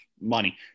money